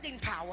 power